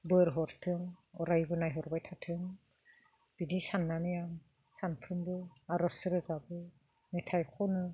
बोर हरथों अरायबो नायहरबाय थाथों बिदि साननानै आं सामफ्रोमबो आरज रोजाबो मेथाइ खनो